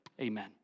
Amen